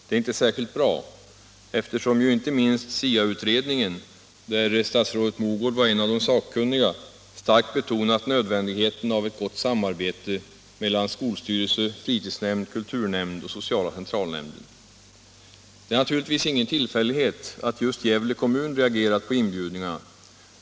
Det är inte särskilt bra, eftersom ju inte minst SIA-utredningen, där statsrådet Mogård var en av de sakkunniga, starkt betonat nödvändigheten av ett gott samarbete mellan skolstyrelse, fritidsnämnd, kulturnämnd och sociala centralnämnden. Det är naturligtvis ingen tillfällighet att just Gävle kommun reagerat på inbjudningarna.